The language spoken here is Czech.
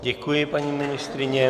Děkuji, paní ministryně.